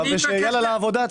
ויאללה לעבודה.